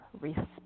respect